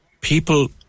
people